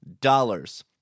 dollars